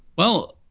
well,